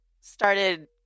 started